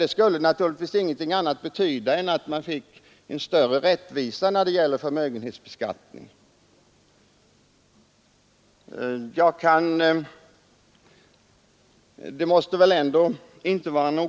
Det skulle naturligtvis medföra större rättvisa i förmögenhetsbeskattningen.